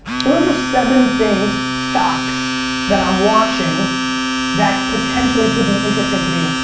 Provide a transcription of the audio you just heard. so those are seven things, stocks that i'm watching that potentially could be interesting to me.